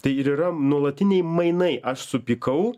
tai ir yra nuolatiniai mainai aš supykau